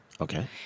Okay